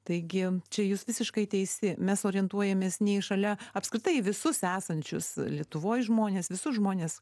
taigi čia jūs visiškai teisi mes orientuojamės ne į šalia apskritai visus esančius lietuvoj žmones visus žmones